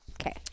okay